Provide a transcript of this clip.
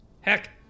heck